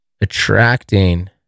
Attracting